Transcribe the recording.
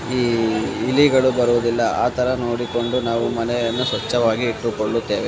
ಈ ಇಲಿಗಳು ಬರುವುದಿಲ್ಲ ಆ ಥರ ನೋಡಿಕೊಂಡು ನಾವು ಮನೆಯನ್ನು ಸ್ವಚ್ಛವಾಗಿ ಇಟ್ಟುಕೊಳ್ಳುತ್ತೇವೆ